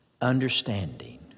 understanding